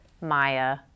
maya